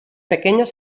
pequeños